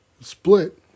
Split